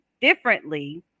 differently